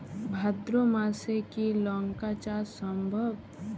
ভাদ্র মাসে কি লঙ্কা চাষ সম্ভব?